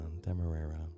Demerara